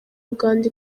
uganda